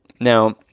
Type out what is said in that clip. Now